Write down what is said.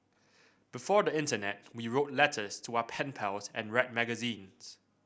before the internet we wrote letters to our pen pals and read magazines